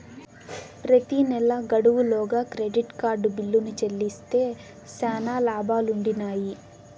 ప్రెతి నెలా గడువు లోగా క్రెడిట్ కార్డు బిల్లుని చెల్లిస్తే శానా లాబాలుండిన్నాయి